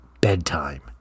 bedtime